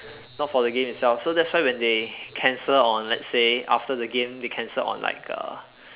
not for the game itself so that's why they cancel on let's say after the game they cancel on like uh